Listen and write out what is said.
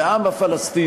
זה העם הפלסטיני,